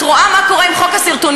את רואה מה קורה עם חוק הסרטונים,